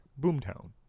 Boomtown